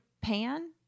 Pan